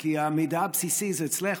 כי המידע הבסיסי הוא אצלך,